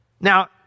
Now